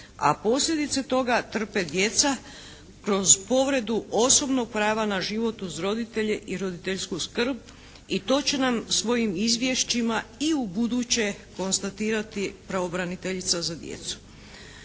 a posljedice toga trpe djeca kroz povredu osobnog prava na život uz roditelje i roditeljsku skrb i to će nam svojim izvješćima i u buduće konstatirati pravobraniteljica za djecu.